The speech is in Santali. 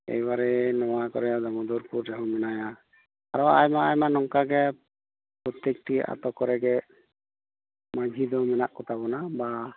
ᱮᱭᱵᱟᱨᱮ ᱱᱚᱭᱟᱠᱚᱨᱮ ᱫᱟᱹᱢᱩᱫᱚᱨᱯᱩᱨ ᱨᱮᱦᱚ ᱢᱮᱱᱟᱭᱟ ᱟᱨᱚ ᱟᱭᱢᱟ ᱟᱭᱢᱟ ᱱᱚᱝᱠᱟᱜᱮ ᱯᱚᱛᱛᱮᱠᱴᱤ ᱟᱛᱳ ᱠᱚᱨᱮᱜᱮ ᱢᱟᱺᱡᱷᱤ ᱫᱚ ᱢᱮᱱᱟᱜ ᱠᱚ ᱛᱟᱵᱚᱱᱟ ᱵᱟ